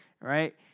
right